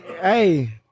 Hey